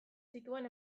zituen